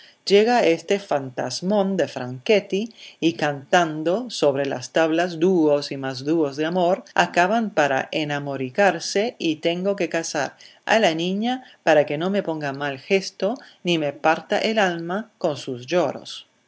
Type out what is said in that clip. llega ese fantasmón de franchetti y cantando sobre las tablas dúos y más dúos de amor acaban por enamoricarse y tengo que casar a la niña para que no me ponga mal gesto ni me parta el alma con sus lloros